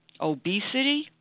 obesity